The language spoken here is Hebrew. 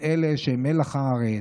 את אלה שהם מלח הארץ,